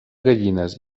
gallines